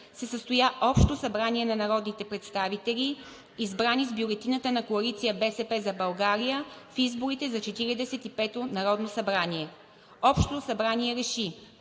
се състоя Общо събрание на народните представители, избрани с бюлетината на Коалиция „БСП за България“ в изборите за Четиридесет и пето народно събрание. Общото събрание реши: